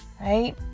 right